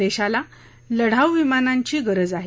देशाला लढाऊ विमानांची गरज आहे